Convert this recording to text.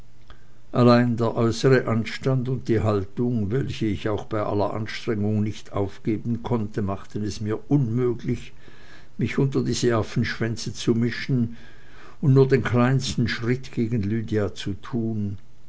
allein der äußere anstand und die haltung welche ich auch bei aller anstrengung nicht aufgeben konnte machten es mir unmöglich mich unter diese affenschwänze zu mischen und nur den kleinsten schritt gegen lydia zu tun